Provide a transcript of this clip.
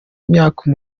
imyaka